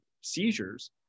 seizures